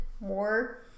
more